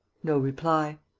no reply.